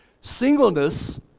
Singleness